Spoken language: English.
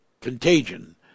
contagion